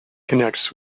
connects